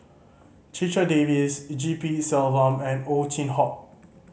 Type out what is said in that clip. Checha Davies G P Selvam and Ow Chin Hock